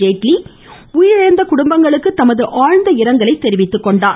ஜேட்லி உயிரிழந்த குடும்பங்களுக்கு தமது ஆழ்ந்த இரங்கலை தெரிவித்துக் கொண்டார்